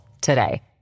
today